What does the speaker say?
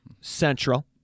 Central